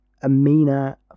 Amina